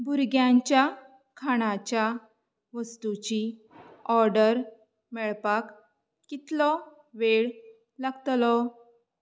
भुरग्यांच्या खाणाच्या वस्तूची ऑर्डर मेळपाक कितलो वेळ लागतलो